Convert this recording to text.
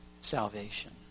salvation